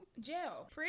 Jail